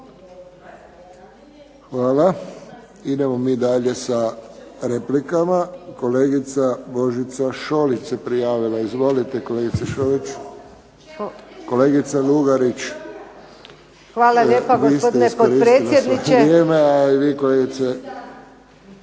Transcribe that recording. Hvala. Idemo mi dalje sa replikama. Kolegica Božica Šolić se prijavila. Izvolite kolegice Šolić. … /Upadica se ne razumije./… Kolegice Lugarić